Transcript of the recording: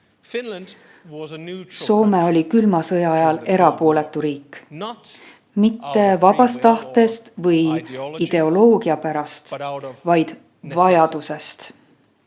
Soome oli külma sõja ajal erapooletu riik – mitte vabast tahtest või ideoloogia pärast, vaid vajadusest.